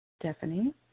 Stephanie